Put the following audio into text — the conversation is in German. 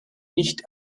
nicht